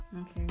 Okay